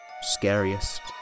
scariest